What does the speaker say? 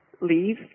leave